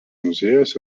muziejus